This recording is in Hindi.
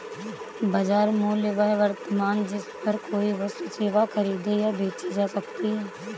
बाजार मूल्य वह वर्तमान जिस पर कोई वस्तु सेवा खरीदी या बेची जा सकती है